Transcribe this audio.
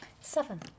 Seven